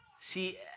See